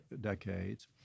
decades